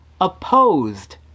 opposed